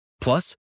Plus